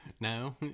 No